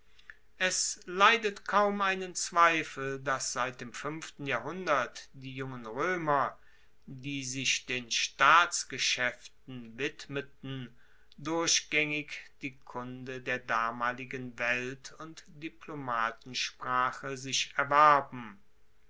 es leidet kaum einen zweifel dass seit dem fuenften jahrhundert die jungen roemer die sich den staatsgeschaeften widmeten durchgaengig die kunde der damaligen welt und diplomatensprache sich erwarben